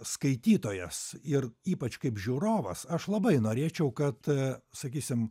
skaitytojas ir ypač kaip žiūrovas aš labai norėčiau kad sakysim